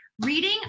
reading